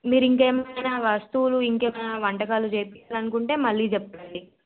మీరు ఇంకేమైనా వస్తువులు ఇంకేమైనా వంటకాలు చేయించాలనుకుంటే మళ్ళీ చెప్పండి